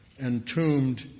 entombed